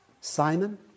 Simon